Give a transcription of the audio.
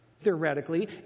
theoretically